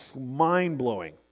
mind-blowing